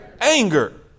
anger